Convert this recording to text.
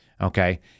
okay